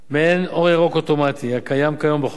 מעין אור ירוק אוטומטי הקיים כיום בחוק,